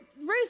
Ruth